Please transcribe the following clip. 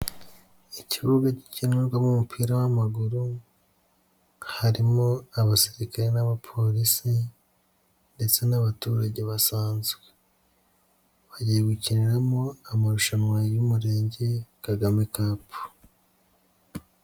Ikibuga gikinirwamo umupira w'amaguru harimo abasirikare n'abapolisi ndetse n'abaturage basanzwe bari gukiniramo amarushanwa y'Umurenge Kagame Cup.